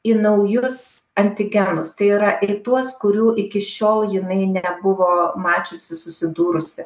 į naujus antigenus tai yra į tuos kurių iki šiol jinai nebuvo mačiusi susidūrusi